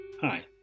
Hi